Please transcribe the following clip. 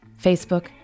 Facebook